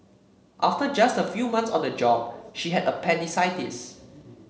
after just a few months on the job she had appendicitis